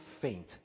faint